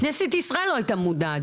כנסת ישראל לא הייתה מודעת.